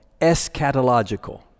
eschatological